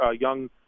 young